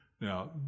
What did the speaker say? Now